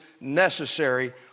necessary